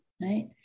right